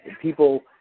People